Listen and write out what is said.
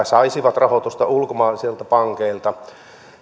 saisivat rahoitusta ulkomaisilta pankeilta